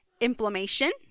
inflammation